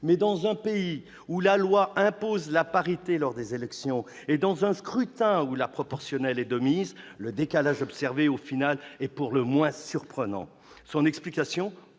mais dans un pays où la loi impose la parité lors des élections et dans un scrutin où la proportionnelle est de mise, le décalage observé au final est pour le moins surprenant. L'explication